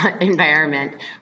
environment